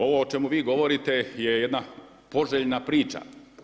Ovo o čemu vi govorite je jedna poželjna priča.